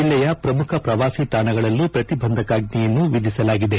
ಜಿಲ್ಲೆಯ ಪ್ರಮುಖ ಪ್ರವಾಸಿ ತಾಣಗಳಲ್ಲೂ ಪ್ರತಿಬಂಧಕಾಜ್ವೆಯನ್ನು ವಿಧಿಸಲಾಗಿದೆ